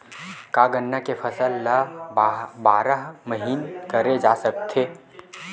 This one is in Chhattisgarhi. का गन्ना के फसल ल बारह महीन करे जा सकथे?